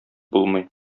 булмый